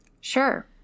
Sure